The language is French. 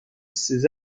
ses